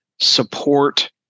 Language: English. support